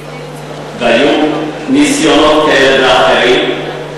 והיו ניסיונות כאלה ואחרים,